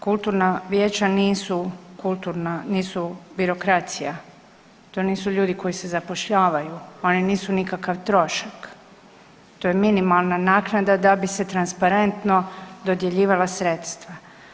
Kulturna vijeće nisu kulturna, nisu birokracija, to nisu ljudi koji se zapošljavaju, oni nisu nikakav trošak, to je minimalna naknada da bi se transparentno dodjeljivala sredstva.